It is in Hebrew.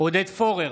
עודד פורר,